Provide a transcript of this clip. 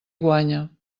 guanya